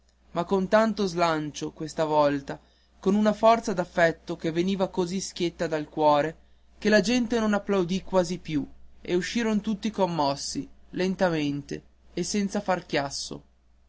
ma con tanto slancio questa volta con una forza d'affetto che veniva così schietta dal cuore che la gente non applaudì quasi più e usciron tutti commossi lentamente e senza far chiasso